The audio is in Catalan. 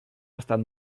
estat